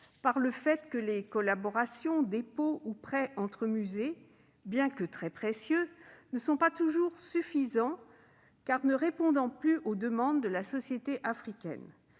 par le fait que les collaborations, dépôts ou prêts entre musées, bien que précieux, ne sont aujourd'hui pas toujours suffisants, car ils ne répondent plus aux demandes de la société africaine.